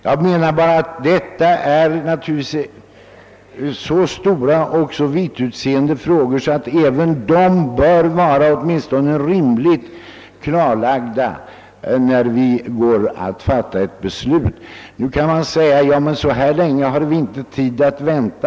Jag menar att detta är så stora och vittutseende frågor att de bör vara åtminstone rimligt klarlagda, när vi går att fatta beslut. Nu kan man säga: Så länge har vi inte tid att vänta.